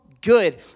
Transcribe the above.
good